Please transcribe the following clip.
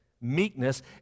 meekness